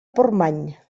portmany